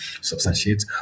substantiate